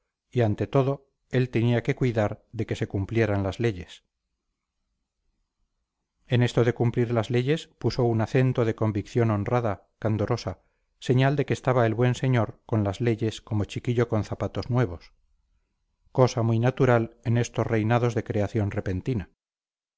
ante todo él tenía que cuidar de que se cumplieran las leyes en esto de cumplir las leyes puso un acento de convicción honrada candorosa señal de que estaba el buen señor con las leyes como chiquillo con zapatos nuevos cosa muy natural en estos reinados de creación repentina